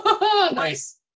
nice